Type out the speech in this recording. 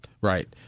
right